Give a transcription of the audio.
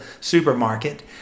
supermarket